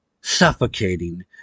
suffocating